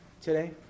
today